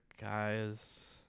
guys